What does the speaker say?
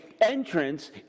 entrance